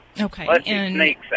Okay